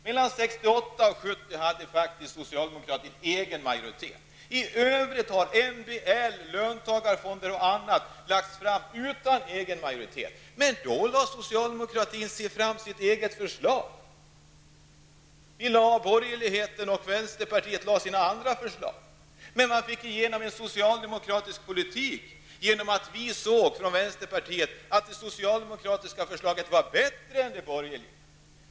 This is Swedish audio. Mellan 1968 och 1970 Förslagen om MBL, löntagarfonder och annat har dock lagts fram utan att socialdemokraterna haft egen majoritet. Under den tiden lade socialdemokraterna fram sina egna förslag, medan de borgerliga partierna och vänsterpartiet lade fram sina. Men man fick ändå igenom en socialdemokratisk politik, eftersom vi i vänsterpartiet ansåg att de socialdemokratiska förslagen var bättre än de borgerliga.